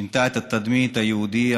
שינתה את התדמית של היהודי,